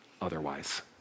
otherwise